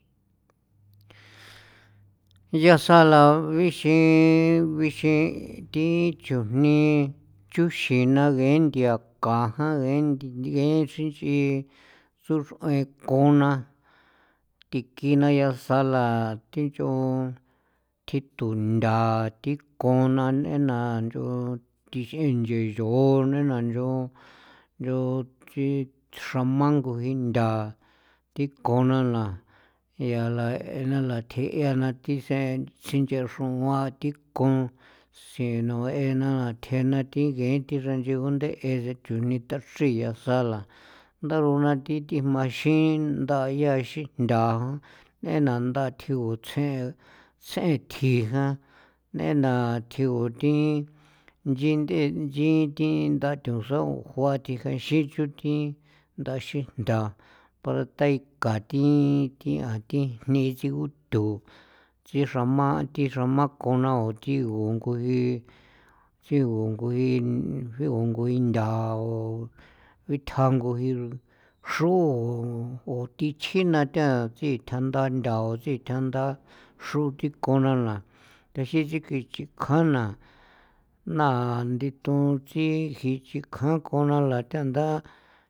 Nyaa sala bixi bixi thi chujni chuxina ngee nthia kajan ngee nthi xin xin nch'i tsoxr'ueen kona thikina yaasa la thi nch'on thi thu ntha thikona nena nch'on thix'in ncheeyoo nena nchoo nchoo thi xramango jintha thikonna la jiala ana la thjeana thi sinch'exroan thi kon sino ena thjeena thi ngeethi xranch'i gunde'e chujni tachrii yaa sala ndarona thi thi jma xinda yaa xijntha ena nda thjigu tsjen tsjeen thji jan nena thjigu thin nchin nth'e nchi thin thinda thosaon juathi jainxin chuthi nda xijntha para tai kan thi an thi jni siguthu tsi xrama thi xrama kona kunthigo chjigu ngui chjigu nguin nthao bithja nguji xrao o thi chjina tha sithjan nda nthao sithjan nda xro thikuna na thexin inchikjan na naa nii thu nchingitsikjan kona na nthata'a.